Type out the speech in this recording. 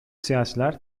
siyasiler